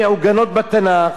מעוגנות בתנ"ך,